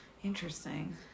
Interesting